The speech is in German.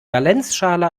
valenzschale